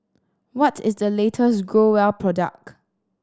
what is the latest Growell product